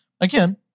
Again